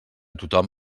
tothom